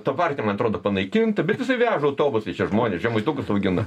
ta partija man atrodo panaikinta bet jisai veža autobusais čia žmones žemaitukus augina